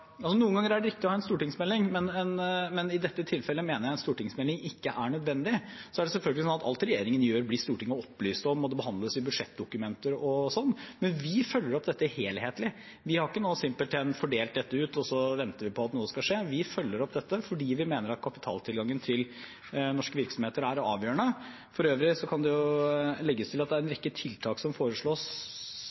er selvfølgelig sånn at alt regjeringen gjør, blir Stortinget opplyst om, og det behandles i budsjettdokumenter osv., men vi følger opp dette helhetlig. Vi har ikke simpelthen fordelt det ut, og så venter vi på at noe skal skje. Vi følger opp dette fordi vi mener at kapitaltilgangen til norske virksomheter er avgjørende. For øvrig kan det legges til at det er en rekke tiltak som foreslås.